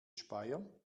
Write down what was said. speyer